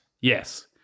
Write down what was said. Yes